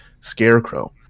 scarecrow